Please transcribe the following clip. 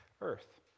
earth